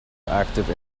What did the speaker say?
active